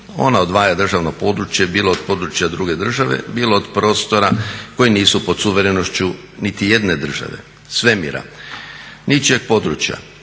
Ona odvaja državno područje bilo od područja druge države, bilo od prostora koji nisu pod suverenošću niti jedne države svemira, ničijeg područja,